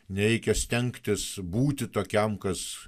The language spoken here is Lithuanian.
nereikia stengtis būti tokiam kas